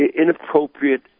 inappropriate